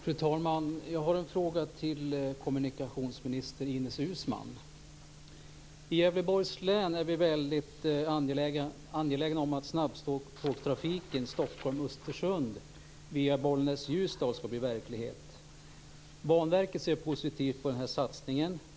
Fru talman! Jag har en fråga till kommunikationsminister Ines Uusmann. I Gävleborgs län är vi väldigt angelägna om att snabbspårstrafiken Stockholm-Östersund via Bollnäs-Ljusdal skall bli verklighet. Banverket ser positivt på den här satsningen.